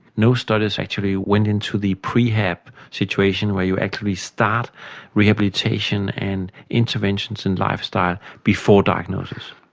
no studies actually went into the pre-hab situation where you're actually start rehabilitation and interventions in lifestyle before diagnosis.